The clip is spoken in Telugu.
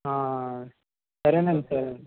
సరేనండి సరేండి